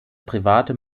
private